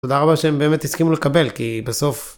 תודה רבה שהם באמת הסכימו לקבל כי בסוף...